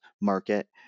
market